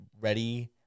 ready